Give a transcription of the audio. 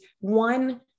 one